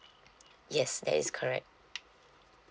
yes that is correct